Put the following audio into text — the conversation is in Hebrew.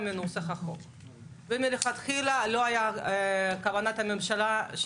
מנהל מחלקת הונאה בכשרות,